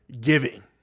giving